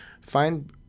find